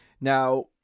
now